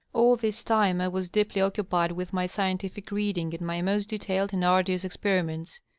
all this time i was deeply occupied with my scientific reading and my most detailed and arduous experiments.